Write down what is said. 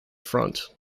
front